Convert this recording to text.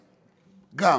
גם.